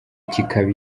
kikaba